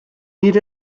need